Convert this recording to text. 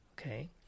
okay